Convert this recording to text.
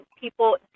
people